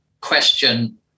question